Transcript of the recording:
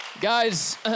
Guys